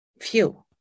Phew